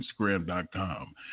Instagram.com